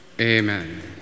Amen